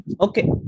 okay